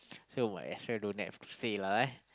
so might as well don't have to say lah eh